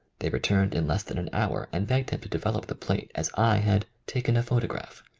they returned in less than an hour and begged him to develop the plate as i. had taken a photograph.